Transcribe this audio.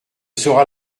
sera